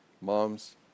Moms